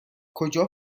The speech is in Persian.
کجا